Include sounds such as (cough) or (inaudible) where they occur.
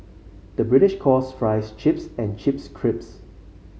the British calls fries chips and chips (unintelligible)